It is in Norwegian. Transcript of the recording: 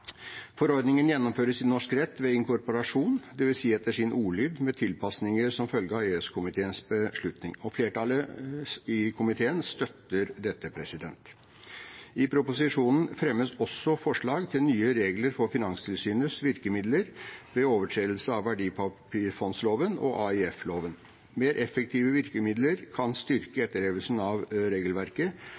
gjennomføres i norsk rett ved inkorporasjon, dvs. etter sin ordlyd med tilpasninger som følge av EØS-komiteens beslutning. Flertallet i komiteen støtter dette. I proposisjonen fremmes også forslag til nye regler om Finanstilsynets virkemidler ved overtredelser av verdipapirfondloven og AIF-loven. Mer effektive virkemidler kan styrke etterlevelsen av regelverket